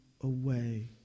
away